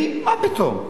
אני, מה פתאום?